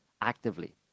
actively